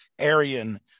Aryan